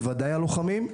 בוודאי הלוחמים,